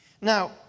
Now